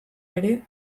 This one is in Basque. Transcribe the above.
ere